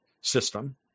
system